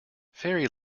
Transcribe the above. fairy